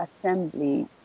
assembly